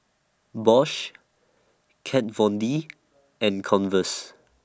Bosch Kat Von D and Converse